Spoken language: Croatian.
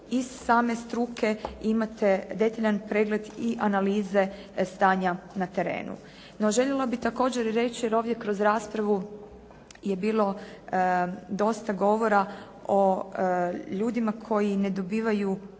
iz same struke, imate detaljan pregled i analize stanja na terenu. No željela bih također reći, jer ovdje kroz raspravu je bilo dosta govora o ljudima koji ne dobivaju